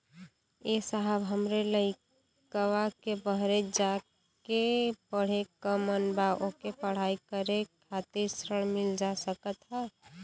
ए साहब हमरे लईकवा के बहरे जाके पढ़े क मन बा ओके पढ़ाई करे खातिर ऋण मिल जा सकत ह?